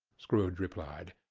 scrooge replied.